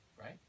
Right